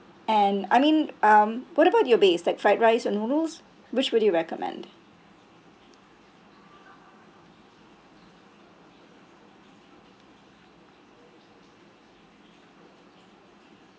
and I mean um what about your base like fried rice or noodles which would you recommend